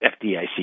FDIC